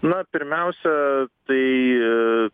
na pirmiausia tai